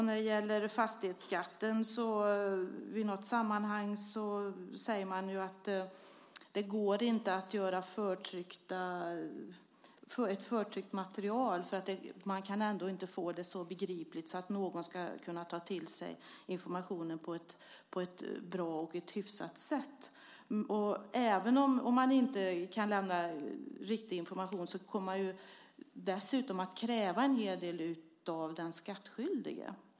När det gäller fastighetsskatten säger man i något sammanhang att det inte går att göra ett förtryckt material eftersom det ändå inte går att få det så begripligt att någon kan ta till sig informationen på ett bra och hyfsat sätt. Även om man inte kan lämna riktig information kommer det att krävas en hel del av den skattskyldige.